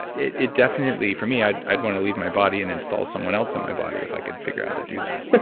it it definitely, for me, i'd i'd want to leave my body and install someone else in my body if i could figure out how to do that.